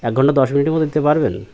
এক ঘণ্টা দশ মিনিটের মধ্যে দিতে পারবেন